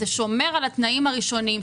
זה שומר על התנאים הראשונים,